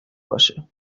باشه